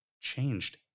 changed